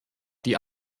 die